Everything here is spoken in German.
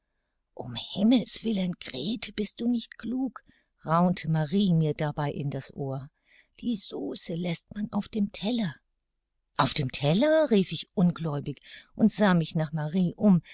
um himmels willen grete bist du nicht klug raunte marie mir dabei in das ohr die sauce läßt man auf dem teller auf dem teller rief ich ungläubig und sah mich nach marie um